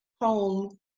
home